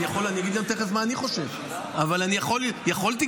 אני כשר החינוך אמרתי שחשוב שהנושא הזה יגיע לכנסת ויהיה בהכרעת הכנסת.